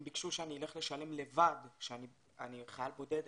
הם ביקשו שאני אלך לשלם לבד כשאני חייל בודד,